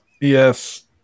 yes